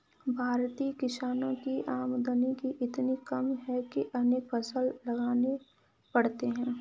भारतीय किसानों की आमदनी ही इतनी कम है कि अनेक फसल लगाने पड़ते हैं